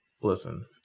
Listen